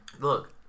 Look